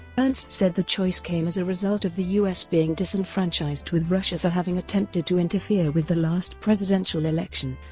ernst said the choice came as a result of the us being disenfranchised with russia for having attempted to interfere with the last presidential election,